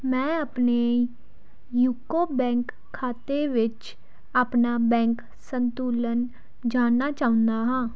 ਮੈਂ ਆਪਣੇ ਯੂਕੋ ਬੈਂਕ ਖਾਤੇ ਵਿੱਚ ਆਪਣਾ ਬੈਂਕ ਸੰਤੁਲਨ ਜਾਣਨਾ ਚਾਹੁੰਦਾ ਹਾਂ